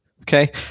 okay